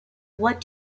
what